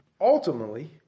Ultimately